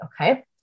okay